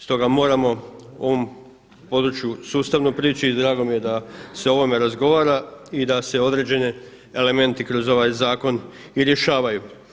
Stoga moramo ovom području sustavno priči i drago mi je da se o ovome razgovara i da se određeni elementi kroz ovaj zakon i rješavaju.